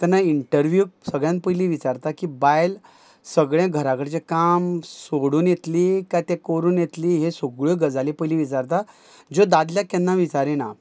तेन्ना इंटर्व्यूक सगळ्यान पयली विचारता की बायल सगळें घरा कडचें काम सोडून येतली काय तें कोरून येतली हे सोगळ्यो गजाली पयली विचारता ज्यो दादल्याक केन्ना विचारिना